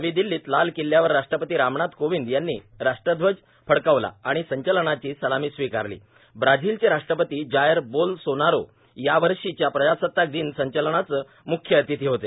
नवी दिल्लीत लाल किल्ल्यावर राष्ट्रपती रामनाथ कोविंद यांनी राष्ट्रध्वज फडकावला आणि संचलनाची सलामी स्वीकारलीण् ब्राझिलचे राष्ट्रपती जायर बोलसोनारो यावर्षीच्या प्रजासताक दिन संचलनाचे मुख्य अतिथी होते